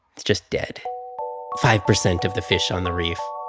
it's just dead five percent of the fish on the reef